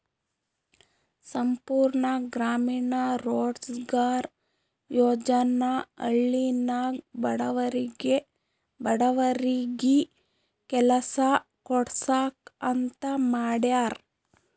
ಸಂಪೂರ್ಣ ಗ್ರಾಮೀಣ ರೋಜ್ಗಾರ್ ಯೋಜನಾ ಹಳ್ಳಿನಾಗ ಬಡವರಿಗಿ ಕೆಲಸಾ ಕೊಡ್ಸಾಕ್ ಅಂತ ಮಾಡ್ಯಾರ್